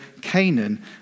Canaan